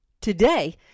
Today